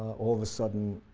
all of a sudden,